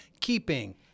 keeping